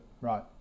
Right